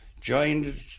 joined